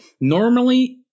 Normally